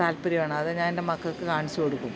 താത്പര്യമാണ് അത് ഞാനെൻ്റെ മക്കൾക്ക് കാണിച്ചു കൊടുക്കും